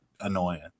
annoying